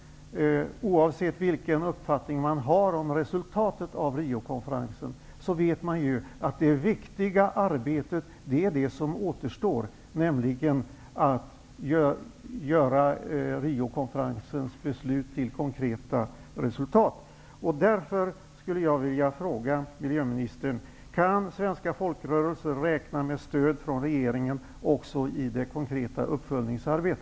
Oavsett vilken uppfattning vi har om resultatet av Riokonferensen, vet vi att det viktiga arbetet är det som återstår, nämligen att göra Riokonferensens beslut till konkreta resultat.